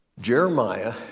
Jeremiah